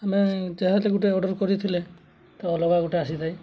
ଆମେ ଯାହା ହେଲେ ଗୋଟେ ଅର୍ଡ଼ର୍ କରିଥିଲେ ତା ଅଲଗା ଗୋଟେ ଆସିଥାଏ